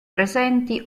presenti